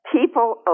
people